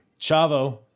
Chavo